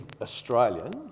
Australian